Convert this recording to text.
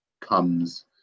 comes